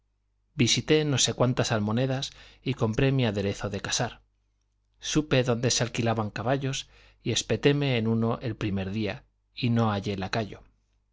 visité no sé cuántas almonedas y compré mi aderezo de casar supe dónde se alquilaban caballos y espetéme en uno el primer día y no hallé lacayo salíme a la calle